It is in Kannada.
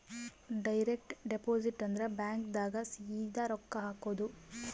ಡೈರೆಕ್ಟ್ ಡಿಪೊಸಿಟ್ ಅಂದ್ರ ಬ್ಯಾಂಕ್ ದಾಗ ಸೀದಾ ರೊಕ್ಕ ಹಾಕೋದು